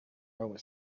railway